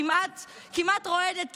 כמעט רועדת,